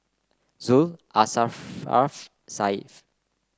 Zul Asharaff Syah